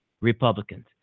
Republicans